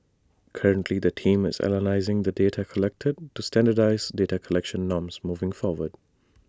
currently the team is analysing the data collected to standardise data collection norms moving forward